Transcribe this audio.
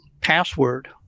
password